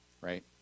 right